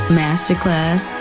masterclass